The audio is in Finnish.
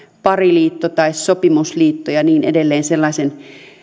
pariliitto tai sopimusliitto ja niin edelleen sellaisten